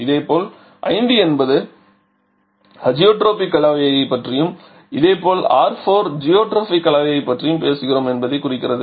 இதேபோல் 5 என்பது அஜியோட்ரோபிக் கலவையைப் பற்றியும் இதேபோல் R4 ஜியோட்ரோபிக் கலவைகளைப் பற்றியும் பேசுகிறோம் என்பதைக் குறிக்கிறது